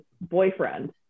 boyfriend